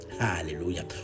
Hallelujah